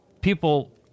people